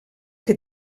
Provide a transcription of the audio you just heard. que